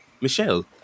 Michelle